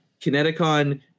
Kineticon